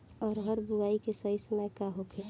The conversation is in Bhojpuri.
अरहर बुआई के सही समय का होखे?